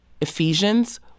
Ephesians